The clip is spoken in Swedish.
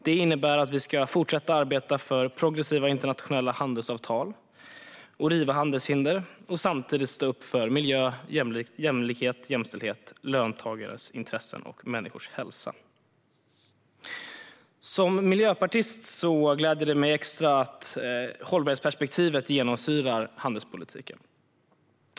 Det innebär att vi ska fortsätta arbeta för progressiva internationella handelsavtal och riva handelshinder och samtidigt stå upp för miljö, jämlikhet, jämställdhet, löntagarnas intressen och människors hälsa. Som miljöpartist gläder det mig extra att hållbarhetsperspektivet genomsyrar handelspolitiken.